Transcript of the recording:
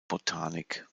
botanik